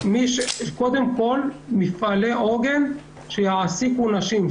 קודם כול מפעלי עוגן שיעסיקו נשים.